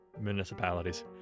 municipalities